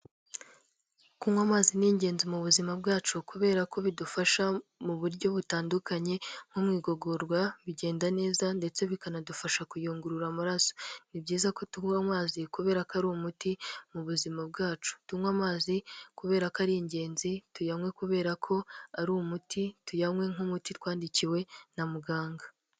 Kunywa amazi ni ingenzi mu buzima bwacu kubera ko bidufasha mu buryo butandukanye nko mu igogorwa bigenda neza ndetse bikanadufasha kuyungurura amaraso. Ni byiza ko tunywa amazi kubera ko ari umuti mu buzima bwacu. Tunywe amazi kubera ko ari ingenzi, tuyanywe kubera ko ari umuti, tuyanywe nk'umuti twandikiwe na muganga.